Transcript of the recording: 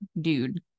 dude